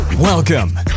Welcome